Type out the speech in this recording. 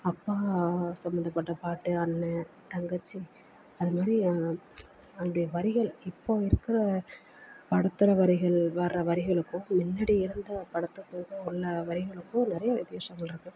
அப்பா சம்பந்தப்பட்ட பாட்டு அண்ணே தங்கைச்சி அது மாதிரி அப்படி வரிகள் இப்போ இருக்கிற படத்தில் வரிகள் வர வரிகளுக்கும் முன்னாடி இருந்த படத்துக்கு உள்ள வரிகளுக்கும் நிறையா வித்தியாசங்கள் இருக்குது